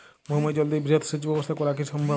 ভৌমজল দিয়ে বৃহৎ সেচ ব্যবস্থা করা কি সম্ভব?